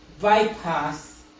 bypass